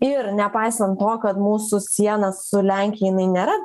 ir nepaisant to kad mūsų siena su lenkija jinai nėra